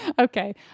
Okay